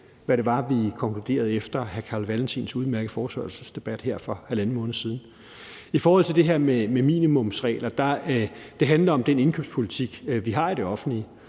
hvad det var, vi konkluderede efter hr. Carl Valentins udmærkede forespørgselsdebat her for halvanden måned siden. I forhold til det med minimumsregler handler det om den indkøbspolitik, vi har i det offentlige,